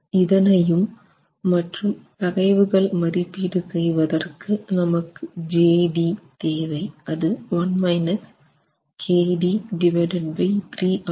இதனையும் மற்றும் தகைவுகள் மதிப்பீடு செய்வதற்கு நமக்கு jd தேவை அது 1 kd3 ஆகும்